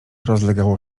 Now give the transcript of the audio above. rozlegało